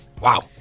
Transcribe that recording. Wow